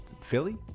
Philly